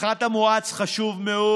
הפחת המואץ חשוב מאוד.